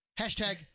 Hashtag